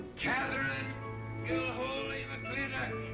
katherine gilhooly mclintock!